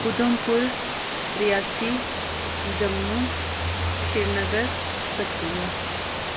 Udhampur Reasi Jammu Srinagar Kathua